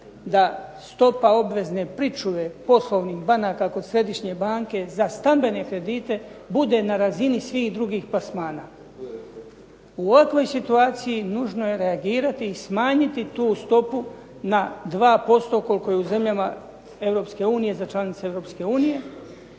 da stopa obvezne pričuve poslovnih banaka kod središnje banke za stambene kredite bude na razini svih drugih plasmana. U ovakvoj situaciji nužno je reagirati i smanjiti tu stopu na 2% koliko je u zemljama Europske unije za